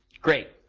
great,